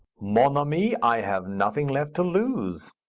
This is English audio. mon ami, i have nothing left to lose.